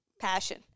passion